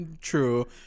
true